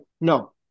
no